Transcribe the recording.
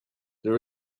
there